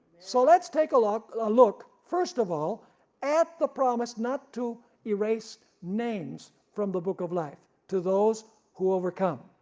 so let's take a look ah look first of all at the promise not to erase names from the book of life, to those who overcome,